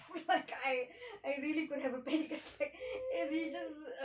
like I I really could have a panic attack if he just